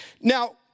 Now